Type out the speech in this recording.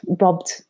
robbed